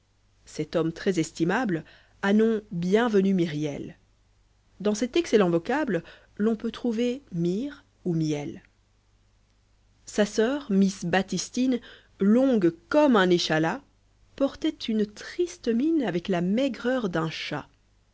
cet homme très estimable a nom bienvenu myriel dans cet excellent vocable lon peut trouver myrrhe ou miel sa soeur misse bâptisline longue comme un échalas portait une triste mine avec la maigreur d'un chat